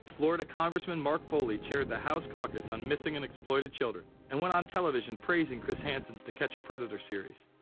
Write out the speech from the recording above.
florida congressman mark foley chaired the house caucus. on missing and exploited children and went on television. praising chris hansen's to catch a predator series.